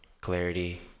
clarity